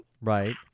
right